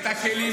את כוח האדם שלו,